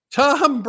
tom